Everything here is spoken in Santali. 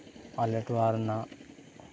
ᱟᱞᱮ ᱴᱚᱞᱟ ᱨᱮᱱᱟᱜ